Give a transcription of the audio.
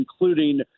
including